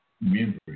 memory